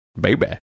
baby